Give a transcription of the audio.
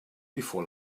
before